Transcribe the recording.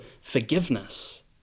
forgiveness